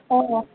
ও ও